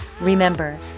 Remember